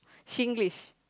Singlish